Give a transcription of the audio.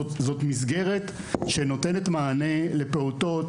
זאת מסגרת שנותנת מענה לפעוטות,